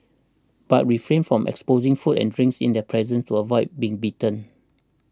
but refrain from exposing food and drinks in their presence to avoid being bitten